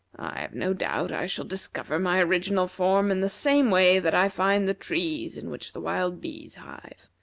i have no doubt i shall discover my original form in the same way that i find the trees in which the wild bees hive.